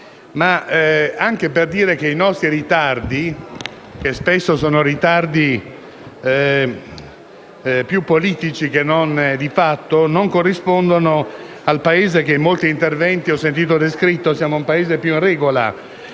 evidenziare che i nostri ritardi, che spesso sono più politici che non di fatto, non corrispondono al Paese che in molti interventi ho sentito descritto: siamo un Paese più in regola